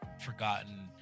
forgotten